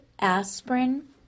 aspirin